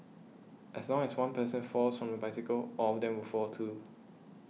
as long as one person falls from the bicycle all of them will fall too